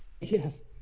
yes